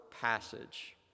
passage